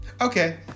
okay